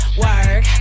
work